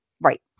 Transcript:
right